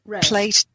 plate